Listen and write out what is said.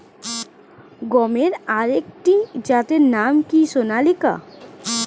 গমের আরেকটি জাতের নাম কি সোনালিকা?